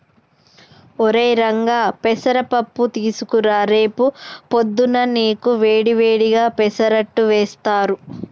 ఒరై రంగా పెసర పప్పు తీసుకురా రేపు పొద్దున్నా నీకు వేడి వేడిగా పెసరట్టు వేస్తారు